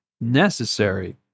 Necessary